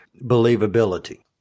believability